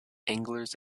anglers